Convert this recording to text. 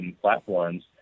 platforms